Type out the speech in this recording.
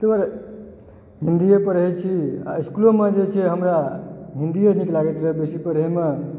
ताहि दुआरे हिन्दीए पढ़य छी आ इसकुलमे जे छै से हमरा हिन्दीए नीक लागैत रहय बेसी पढ़ैमे